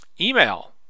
email